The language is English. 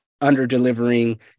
under-delivering